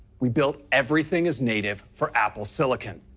we built everything as native for apple silicon.